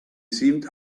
seemed